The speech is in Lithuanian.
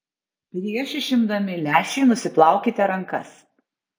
prieš išimdami lęšį nusiplaukite rankas